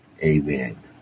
Amen